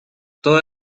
toda